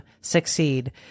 succeed